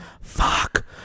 Fuck